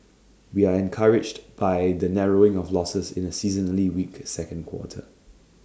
we are encouraged by the narrowing of losses in A seasonally weak second quarter